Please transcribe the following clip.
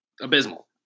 abysmal